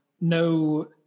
no